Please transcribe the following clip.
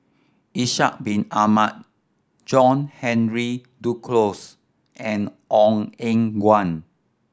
Ishak Bin Ahmad John Henry Duclos and Ong Eng Guan